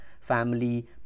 family